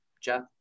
Jeff